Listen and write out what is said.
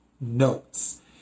notes